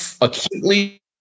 acutely